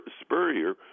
Spurrier